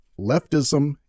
Leftism